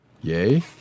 yay